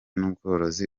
n’ubworozi